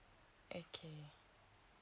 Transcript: okay